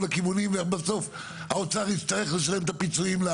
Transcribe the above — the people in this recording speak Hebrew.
הכיוונים ואז האוצר יצטרך לשלם את הפיצויים.